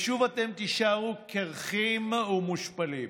ושוב אתם תישארו קירחים ומושפלים.